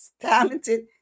talented